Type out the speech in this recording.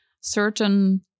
certain